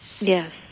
yes